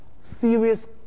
serious